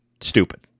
Stupid